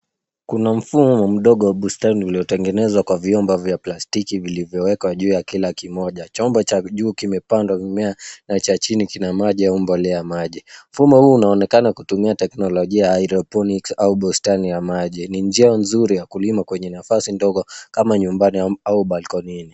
Kuna mfumo mdogo wa bustani lililotengenezwa kwa vyombo vya plastiki vilivyowekwa juu ya kila kimoja. Chombo cha juu kimepandwa mimea na cha chini kina maji au mbolea maji. Mfumo huu unaonekana kutumia teknolojia ya hydroponics au bustani ya maji. Ni njia nzuri ya kulima kwenye nafasi ndogo kama nyumbani am- au balkonini.